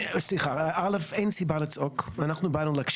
סליחה, אל"ף אין סיבה לצעוק, אנחנו באנו להקשיב.